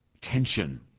tension